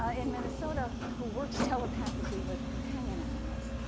ah in minnesota, who works telepathically with companion animals,